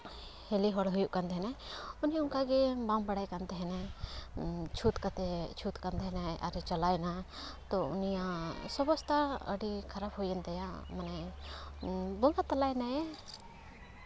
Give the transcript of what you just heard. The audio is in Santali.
ᱦᱤᱞᱤ ᱦᱚᱲ ᱦᱩᱭᱩᱜ ᱠᱟᱱ ᱛᱟᱦᱮᱱᱟᱭ ᱩᱱᱤ ᱦᱚᱸ ᱚᱱᱠᱟᱜᱮ ᱵᱟᱝ ᱵᱟᱲᱟᱭ ᱠᱟᱱ ᱛᱟᱦᱮᱱᱟᱭ ᱪᱷᱩᱸᱛ ᱠᱟᱛᱮᱜ ᱪᱷᱩᱸᱛ ᱠᱟᱱ ᱛᱟᱦᱮᱱᱟᱭ ᱟᱨ ᱪᱟᱞᱟᱣ ᱮᱱᱟᱭ ᱛᱳ ᱩᱱᱤᱭᱟᱜ ᱥᱩᱵᱤᱥᱛᱟ ᱟᱹᱰᱤ ᱠᱷᱟᱨᱟᱯ ᱦᱩᱭᱮᱱ ᱛᱟᱭᱟ ᱢᱟᱱᱮ ᱵᱚᱸᱜᱟ ᱛᱟᱞᱟᱭᱮᱱᱟᱭᱮ